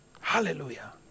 Hallelujah